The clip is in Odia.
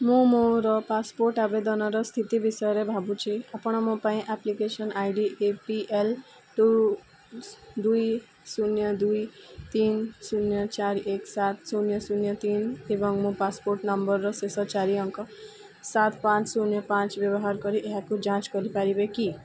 ମୁଁ ମୋର ପାସପୋର୍ଟ ଆବେଦନର ସ୍ଥିତି ବିଷୟରେ ଭାବୁଛି ଆପଣ ମୋ ପାଇଁ application I D A P L two ଦୁଇ ଶୂନ ଦୁଇ ତିନି ଶୂନ ଚାରି ଏକ ସାତ ଶୂନ ଶୂନ ତିନି ଏବଂ ମୋ ପାସପୋର୍ଟ ନମ୍ବରର ଶେଷ ଚାରି ଅଙ୍କ ସାତ ପାଞ୍ଚ ଶୂନ ପାଞ୍ଚ ବ୍ୟବହାର କରି ଏହାକୁ ଯାଞ୍ଚ କରିପାରିବେ କି